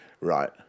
Right